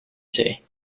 zee